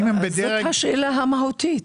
זאת השאלה המהותית,